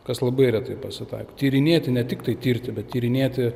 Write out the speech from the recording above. kas labai retai pasitaiko tyrinėti ne tiktai tirti bet tyrinėti